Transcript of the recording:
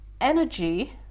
energy